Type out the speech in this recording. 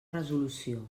resolució